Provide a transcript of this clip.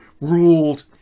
Ruled